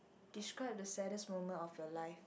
describe the saddest moment of your life